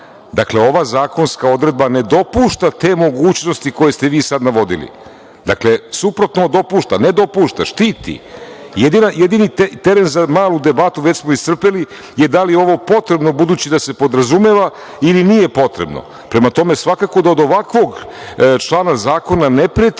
Dakle, ova zakonska odredba ne dopušta te mogućnosti koje ste vi sad navodili, dakle suprotno od dopušta ne dopušta, štiti, jedini termin za malu debatu već smo iscrpeli je da li je ovo potrebno, budući da se podrazumeva, ili nije potrebno. Prema tome, svakako da od ovakvog člana zakona ne preti